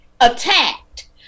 attacked